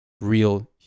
real